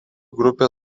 grupė